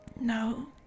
No